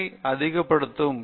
இது வெளியே காட்டப்படக்கூடாது